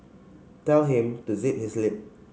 tell him to zip his lip